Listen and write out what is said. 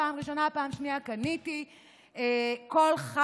פעם ראשונה, פעם שנייה, קניתי.